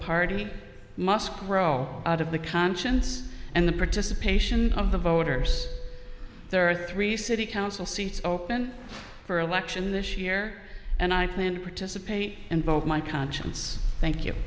party must grow out of the conscience and the participation of the voters there are three city council seats open for election this year and i plan to participate in both my conscience thank you